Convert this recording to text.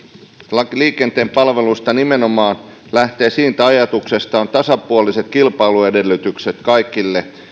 laki liikenteen palveluista lähtee nimenomaan siitä ajatuksesta että on tasapuoliset kilpailuedellytykset kaikille